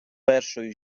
першою